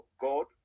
God